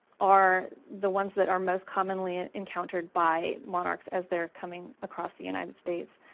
are the ones that are most commonly and encountered by monarchs as they're coming across the united states.